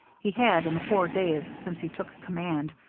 he had, in the four days since he took command,